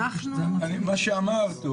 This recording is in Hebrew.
מה שאמרת,